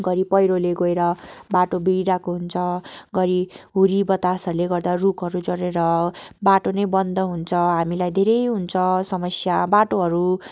घरि पहिरोले गएर बाटो बिग्रिरहेको हुन्छ घरि हुरी बतासहरूले गर्दा रुखहरू झरेर बाटो नै बन्द हुन्छ हामीलाई धेरै हुन्छ समस्या बाटोहरू